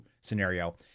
scenario